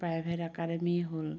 private academy হ'ল